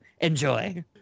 Enjoy